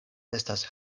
estas